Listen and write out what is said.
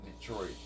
Detroit